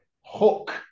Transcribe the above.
Hook